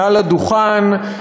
מעל הדוכן,